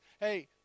Hey